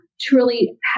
truly